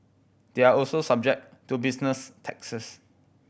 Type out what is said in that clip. they are also subject to business taxes